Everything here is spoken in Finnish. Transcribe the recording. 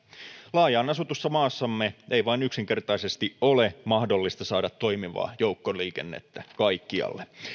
laajaan asutussa maassamme ei vain yksinkertaisesti ole mahdollista saada toimivaa joukkoliikennettä kaikkialle